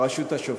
בין הרשות השופטת,